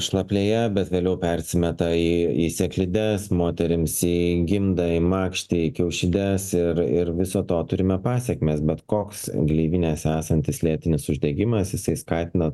šlaplėje bet vėliau persimeta į į sėklides moterims į gimdą makštį kiaušides ir ir viso to turime pasekmes bet koks gleivinės esantis lėtinis uždegimas jisai skatina